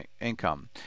income